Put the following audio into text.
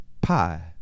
Pie